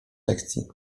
lekcji